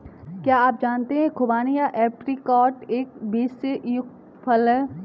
क्या आप जानते है खुबानी या ऐप्रिकॉट एक बीज से युक्त फल है?